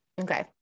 Okay